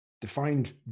defined